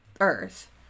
Earth